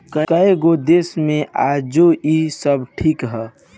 कएगो देश मे आजो इ सब ठीक ह